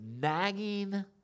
nagging